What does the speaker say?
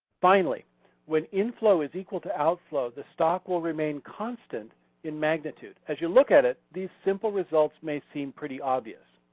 finally when inflow is equal to outflow the stock will remain constant in magnitude. as you look at it, these simple results may seem pretty obvious.